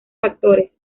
factores